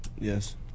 Yes